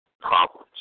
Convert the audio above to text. problems